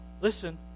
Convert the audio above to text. listen